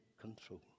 control